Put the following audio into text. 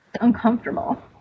uncomfortable